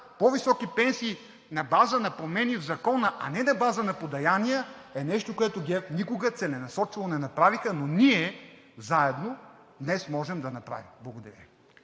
по-високи пенсии на база на промени в Закона, а не на база на подаяния, е нещо, което ГЕРБ никога целенасочено не направиха, но ние заедно днес можем да направим. Благодаря